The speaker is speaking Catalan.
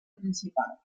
principal